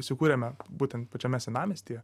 įsikūrėme būtent pačiame senamiestyje